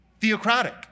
theocratic